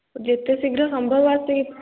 ଯେତେ ଶୀଘ୍ର ସମ୍ଭବ ଆସିକି